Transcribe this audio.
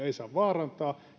ei saa vaarantaa